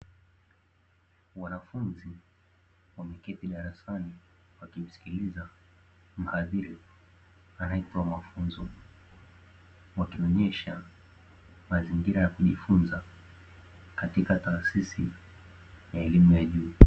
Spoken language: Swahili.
Wanafunzi wameketi darasani wakimsikiliza mhadhiri anayetoa mafunzo, wakionyesha mazingira ya kujifunza katika taasisi ya elimu ya juu.